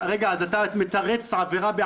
ויש דרכי תעמולה מיושנות מאוד.